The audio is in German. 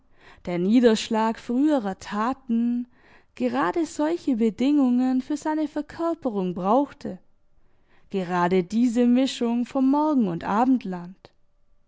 der niederschlag früherer taten gerade solche bedingungen für seine verkörperung brauchte gerade diese mischung vom morgen und abendland